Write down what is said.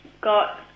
got